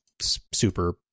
super